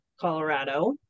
Colorado